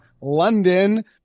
London